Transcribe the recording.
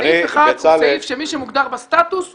סעיף 1 הוא סעיף שמי שמוגדר בסטטוס אושר,